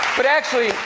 but actually,